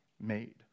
made